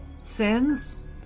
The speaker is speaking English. sins